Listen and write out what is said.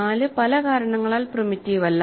4 പല കാരണങ്ങളാൽ പ്രിമിറ്റീവ് അല്ല